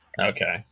Okay